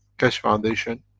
keshe foundation